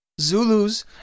Zulus